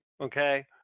Okay